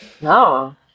No